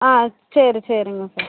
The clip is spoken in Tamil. ஆ சரி சரிங்க சார்